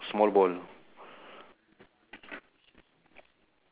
ya so I think mm